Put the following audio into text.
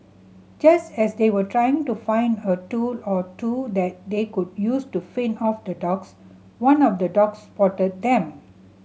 just as they were trying to find a tool or two that they could use to fend off the dogs one of the dogs spotted them